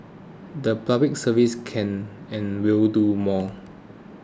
the Public Service can and will do more